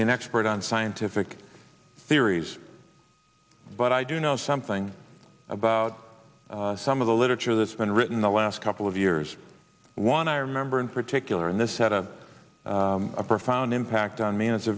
be an expert on scientific theories but i do know something about some of the literature that's been written the last couple of years one i remember in particular and this had a a profound impact on me and it's a